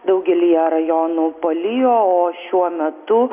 daugelyje rajonų palijo o šiuo metu